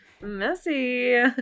Messy